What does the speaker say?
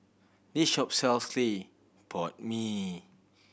this shop sells clay pot mee